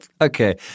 Okay